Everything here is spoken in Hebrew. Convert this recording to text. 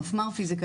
מפמ"ר פיזיקה,